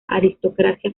aristocracia